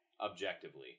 objectively